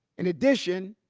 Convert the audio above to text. in addition,